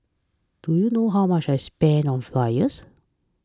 do you know how much I spent on flyers